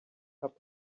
cup